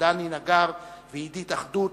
לדני נגר ועידית אחדות,